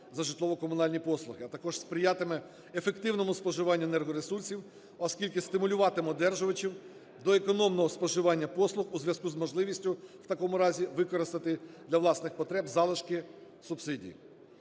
за житлово-комунальні послуги, а також сприятиме ефективному споживанню енергоресурсів, оскільки стимулюватиме одержувачів до економного споживання послуг у зв'язку з можливістю в такому разі використати для власних потреб залишки субсидій.